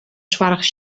soarch